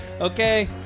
okay